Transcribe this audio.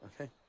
Okay